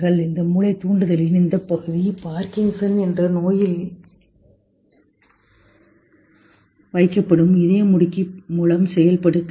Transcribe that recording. இந்த மூளை தூண்டுதலின் இந்த பகுதி பார்கின்சன் என்ற நோயில் வைக்கப்படும் இதயமுடுக்கி மூலம் செய்யப்படுகிறது